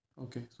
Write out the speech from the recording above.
Okay